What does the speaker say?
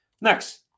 Next